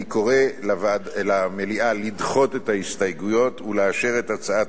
אני קורא למליאה לדחות את ההסתייגויות ולאשר את הצעת